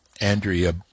Andrea